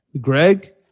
Greg